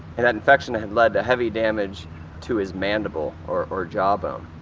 and that infection had led to heavy damage to his mandible, or or jawbone.